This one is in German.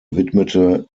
widmete